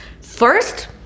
First